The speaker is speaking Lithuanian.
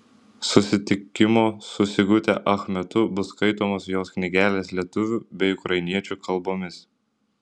susitikimo su sigute ach metu bus skaitomos jos knygelės lietuvių bei ukrainiečių kalbomis